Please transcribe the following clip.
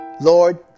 Lord